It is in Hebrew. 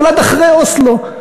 נולד אחרי אוסלו,